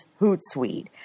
Hootsuite